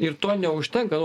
ir to neužtenka